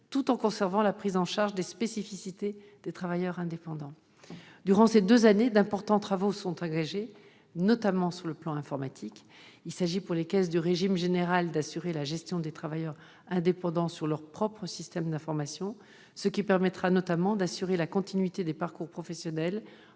tout en conservant la prise en charge des spécificités des travailleurs indépendants. Durant ces deux années, d'importants travaux sont engagés, notamment sur le plan informatique. Il s'agit pour les caisses du régime général d'assurer la gestion des travailleurs indépendants sur leur propre système d'information, ce qui permettra notamment d'assurer la continuité des parcours professionnels